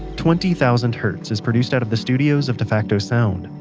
twenty thousand hertz is produced out of the studios of defacto sound,